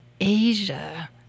Asia